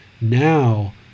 now